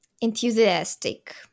enthusiastic